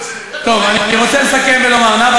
אני רוצה לסכם ולומר: נאוה,